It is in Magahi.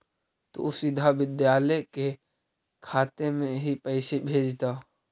तु सीधा विद्यालय के खाते में ही पैसे भेज द